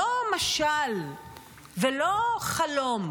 לא משל ולא חלום,